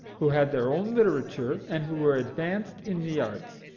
who had their own literature, and who were advanced in the arts.